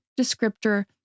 descriptor